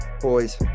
Boys